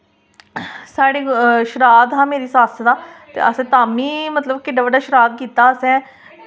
साढ़े श्राद हा मेरी सस्स दा ते असें ताम्मींं केड्डा बड्डा श्राद कीता हा असें